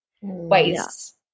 ways